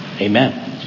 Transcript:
Amen